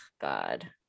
God